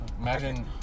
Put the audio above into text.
Imagine